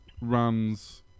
runs